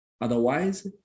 Otherwise